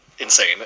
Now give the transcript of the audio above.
insane